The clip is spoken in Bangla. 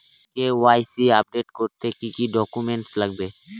কে.ওয়াই.সি আপডেট করতে কি কি ডকুমেন্টস লাগবে?